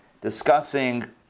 discussing